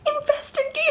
investigation